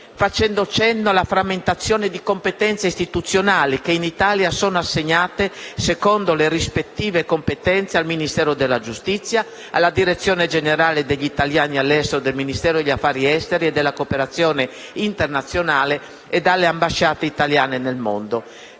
facendo cenno alla frammentazione di competenze istituzionali, che in Italia sono assegnate, secondo le rispettive competenze, al Ministero della giustizia, alla Direzione generale per gli italiani all'estero del Ministero degli affari esteri e della cooperazione internazionale e alle ambasciate italiane nel mondo.